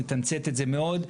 נתמצת את זה מאד.